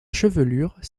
chevelure